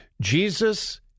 Jesus